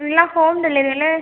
ஃபுல்லாக ஹோம் டெலிவரியில